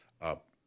up